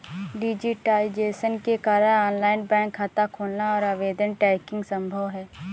digitisation के कारण online bank खाता खोलना और आवेदन ट्रैकिंग संभव हैं